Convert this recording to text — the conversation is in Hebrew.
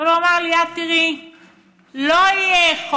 אבל הוא אמר לי: את תראי,